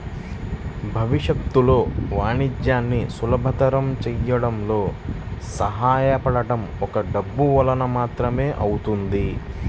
భవిష్యత్తులో వాణిజ్యాన్ని సులభతరం చేయడంలో సహాయపడటం ఒక్క డబ్బు వలన మాత్రమే అవుతుంది